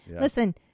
Listen